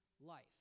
life